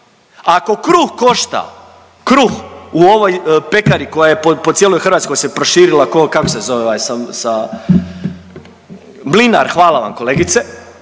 Ako kruh košta, kruh u ovoj pekari koja je po cijeloj Hrvatskoj se proširila, kako se zove ovaj sa Mlinar, hvala vam kolegice,